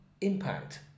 impact